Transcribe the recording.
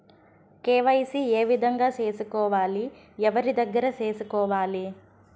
KYC ఏ విధంగా సేసుకోవాలి? ఎవరి దగ్గర సేసుకోవాలి?